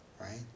right